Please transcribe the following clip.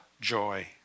joy